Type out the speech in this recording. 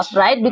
right?